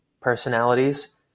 personalities